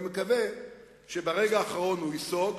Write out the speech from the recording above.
אני מקווה שברגע האחרון הוא ייסוג,